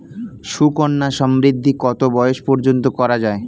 সুকন্যা সমৃদ্ধী কত বয়স পর্যন্ত করা যায়?